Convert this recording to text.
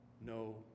no